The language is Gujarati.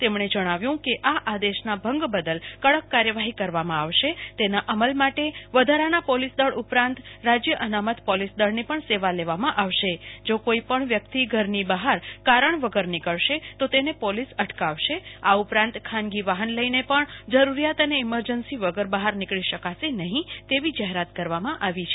તેમણે જણાવ્યુ કે આ આદેશના ભંગ બદલ કડક કાર્યવાહી કરવામાં આવશે તેના અમલ માટે વધારાના પોલીસ દળ ઉપરાંત રાજય અનામત પોલીસ દળની પણ સેવા લેવામાં આવશે જો કોઈ પણ વ્યક્તિ ઘરની બહાર કારણ વગર નીકળશે તો તેને પોલીસ અટકાવશે આ ઉપરાંત ખાનગી વાહન વ્યવહાર પણ જરૂરીયાત અને ઈમરજન્સી વગર બહાર નીકળી શકાશે નહી તેવી જાહેરાત કરવામાં આવી છે